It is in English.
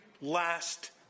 last